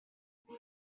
what